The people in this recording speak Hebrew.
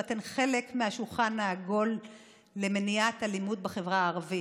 ואתן חלק מהשולחן העגול למניעת האלימות בחברה הערבית.